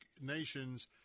nations